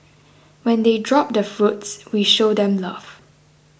when they drop the fruits we show them love